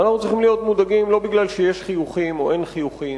ואנחנו צריכים להיות מודאגים לא מפני שיש חיוכים או אין חיוכים.